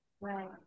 Right